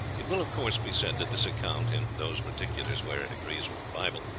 it will of course be said that this account, in those particulars where it agrees with the bible,